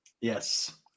Yes